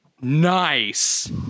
nice